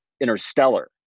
Interstellar